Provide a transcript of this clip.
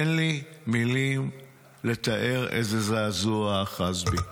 אין לי מילים לתאר איזה זעזוע אחז בי.